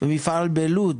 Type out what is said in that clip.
ומפעל בלוד,